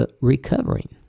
recovering